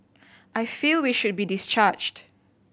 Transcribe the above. I feel we should be discharged